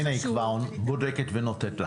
הינה, היא כבר בודקת ונותנת לך.